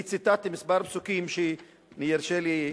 אני ציטטתי כמה פסוקים, שירשה לי,